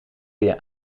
via